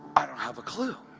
i don't have a clue.